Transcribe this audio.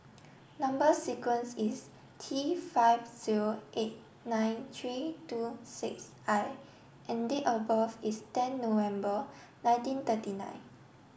number sequence is T five zero eight nine three two six I and date of birth is ten November nineteen thirty nine